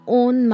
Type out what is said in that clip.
own